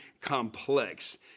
complex